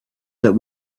that